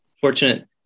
fortunate